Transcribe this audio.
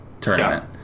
tournament